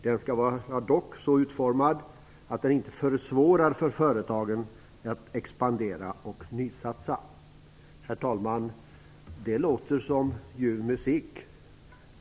Den skall dock också vara utformad så att den inte försvårar för företagen att expandera och nysatsa." Det låter som ljuv musik.